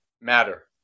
matter